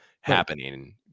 happening